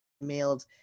mailed